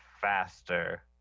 faster